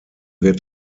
wird